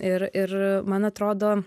ir ir man atrodo